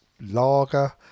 lager